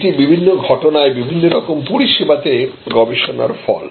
এটা বিভিন্ন ঘটনায় বিভিন্ন রকম পরিষেবাতে গবেষণার ফল